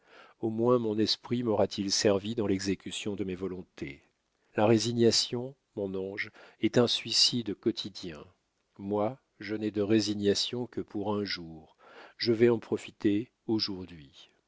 au moins mon esprit maura t il servi dans l'exécution de mes volontés la résignation mon ange est un suicide quotidien moi je n'ai de résignation que pour un jour je vais en profiter aujourd'hui